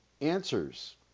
answers